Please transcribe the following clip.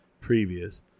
previous